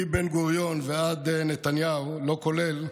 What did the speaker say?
מבן-גוריון ועד נתניהו, לא כולל,